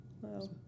Wow